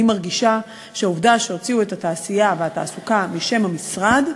אני מרגישה שהעובדה שהוציאו את התעשייה והתעסוקה משם המשרד,